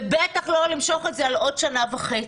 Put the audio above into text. ובטח לא למשוך את זה על עוד שנה וחצי.